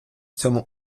цьому